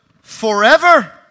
forever